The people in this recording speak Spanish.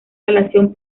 relación